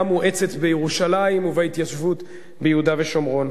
מואצת בירושלים והתיישבות ביהודה ושומרון.